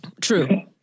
True